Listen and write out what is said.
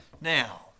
Now